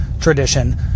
tradition